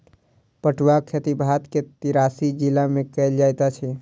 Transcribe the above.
पटुआक खेती भारत के तिरासी जिला में कयल जाइत अछि